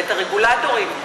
ורגולטורים,